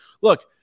look